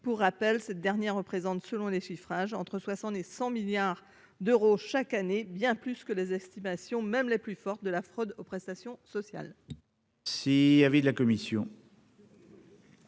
pour rappel, cette dernière représente selon les suffrages entre Soissons des 100 milliards d'euros chaque année bien plus que les estimations, même les plus fortes de la fraude aux prestations sociales.